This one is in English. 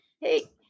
Hey